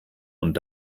und